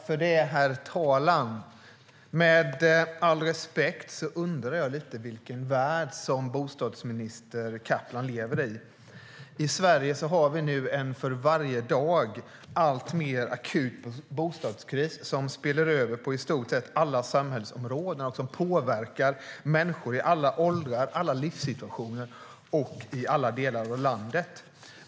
Herr talman! Med all respekt undrar jag lite vilken värld som bostadsminister Kaplan lever i. I Sverige har vi nu en för varje dag alltmer akut bostadskris som spiller över på i stort sett alla samhällsområden och påverkar människor i alla åldrar, i alla livssituationer och i alla delar av landet.